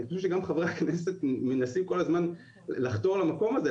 אני חושב שגם חברי הכנסת מנסים כל הזמן לחתור למקום הזה,